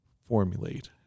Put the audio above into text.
formulate